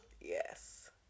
Yes